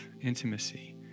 intimacy